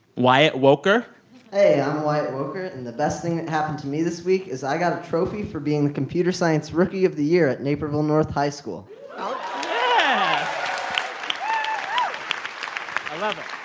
wyatt woker hey, i'm wyatt woker. and the best thing that happened to me this week is i got a trophy for being the computer science rookie of the year at naperville north high school ah yeah